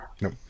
No